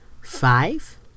five